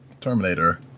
Terminator